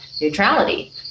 neutrality